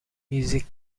music